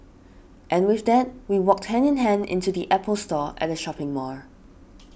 and with that we walked hand in hand into the Apple Store at the shopping mall